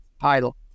title